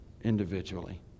individually